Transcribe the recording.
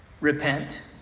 repent